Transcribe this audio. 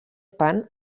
pan